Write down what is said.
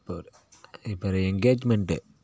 இப்போ ஒர் இப்போ ஒரு எங்கேஜ்மெண்ட்டு